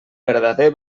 verdader